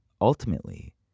Ultimately